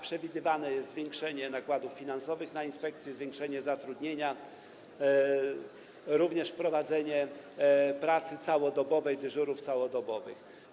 Przewidywane jest zwiększenie nakładów finansowych na inspekcję, zwiększenie zatrudnienia, również wprowadzenie pracy całodobowej, dyżurów całodobowych.